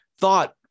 thought